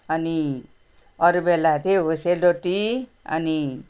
अनि अरू बेला त्यही हो सेलरोटी अनि